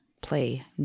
play